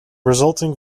resulting